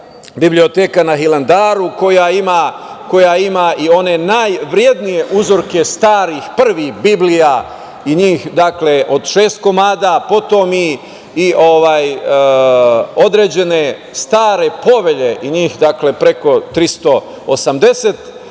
biblioteka na Hilandaru, koja ima i one najvrednije uzorke starih prvih biblija i njih od šest komada, potom i određene stare povelje i njih preko 380 primeraka